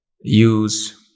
use